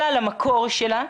אלא למקור שלה.